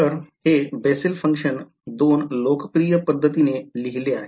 तर हे Bessel function दोन लोकप्रिय पद्धतीने लिहिले आहे